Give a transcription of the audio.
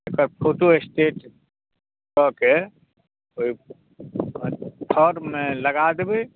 एकर photostat कऽ के ओहि फॉर्ममे लगा देबै